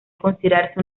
considerarse